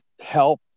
help